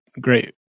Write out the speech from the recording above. great